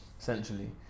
essentially